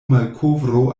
malkovro